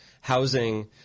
housing